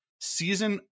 season